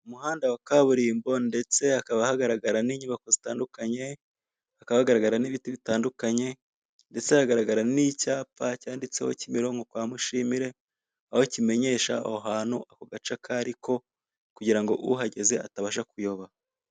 Umuhanda wa kaburimbo ndetse hakaba hagaragara n'inyubako zitandukanye hakaba hagaragara n'ibiti bitandukanye ndetse haragaragara n'icyapa cyanditseho Kimirinko kwa mushimire, aho kimenyesha aho hantu ako gace ako ariko kugira ngo uhageze atabasha kuyoba.